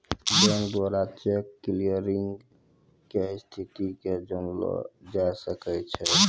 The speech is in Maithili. बैंक द्वारा चेक क्लियरिंग के स्थिति के जानलो जाय सकै छै